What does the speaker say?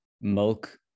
milk